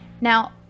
Now